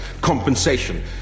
compensation